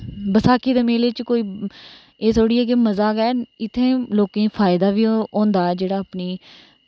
बसाखी दे मेले च कोई एह् थोह्ड़ी ऐ कि मज़ा गै इत्थें लोकेंई फायदा बी होंदे ऐ जेह्ड़ा अपनी